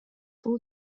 бул